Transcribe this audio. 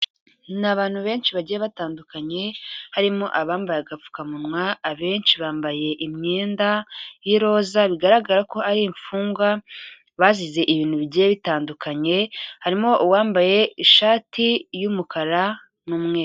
Ni abantu benshi bagiye batandukanye, harimo abambaye agapfukamunwa abenshi bambaye imyenda y'iroza, bigaragara ko ari imfungwa, bazize ibintu bigiye bitandukanye, harimo uwambaye ishati y'umukara n'umweru.